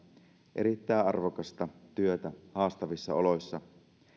erittäin arvokasta työtä haastavissa oloissa